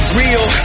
real